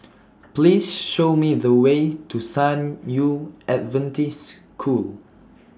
Please Show Me The Way to San Yu Adventist School